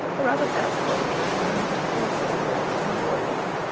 a rather fat soldier attempted to pilfer a horse from a dooryard.